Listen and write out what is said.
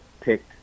picked